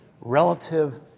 relative